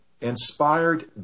inspired